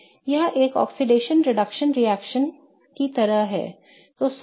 यह एक oxidation reduction reaction की तरह है